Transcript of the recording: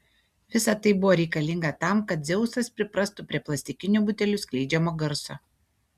visa tai buvo reikalinga tam kad dzeusas priprastų prie plastikinių butelių skleidžiamo garso